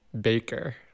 baker